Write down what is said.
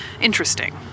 interesting